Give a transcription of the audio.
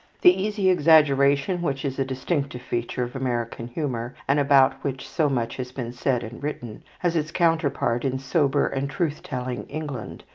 the easy exaggeration which is a distinctive feature of american humour, and about which so much has been said and written, has its counterpart in sober and truth-telling england,